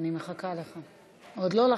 אני מחכה לך, עוד לא לחצתי.